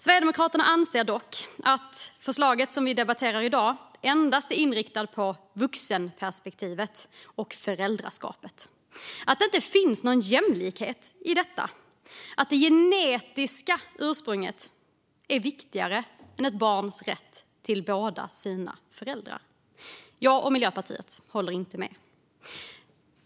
Sverigedemokraterna anser att förslaget som vi debatterar i dag endast är inriktat på vuxenperspektivet och föräldraskapet, att det inte finns någon jämlikhet i detta och att det genetiska ursprunget är viktigare än ett barns rätt till båda sina föräldrar. Jag och Miljöpartiet håller inte med.